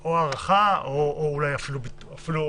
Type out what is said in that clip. או הארכה, או אולי אפילו ביטול,